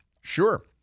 Sure